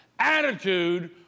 Attitude